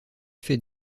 fait